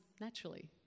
naturally